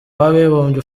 w’abibumbye